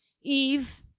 Eve